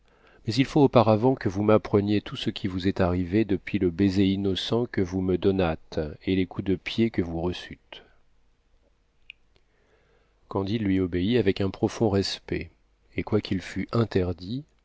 mais il faut auparavant que vous m'appreniez tout ce qui vous est arrivé depuis le baiser innocent que vous me donnâtes et les coups de pied que vous reçûtes candide lui obéit avec un profond respect et quoiqu'il fût interdit